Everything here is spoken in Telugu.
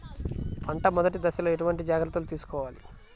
పంట మెదటి దశలో ఎటువంటి జాగ్రత్తలు తీసుకోవాలి?